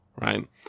right